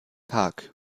park